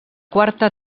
quarta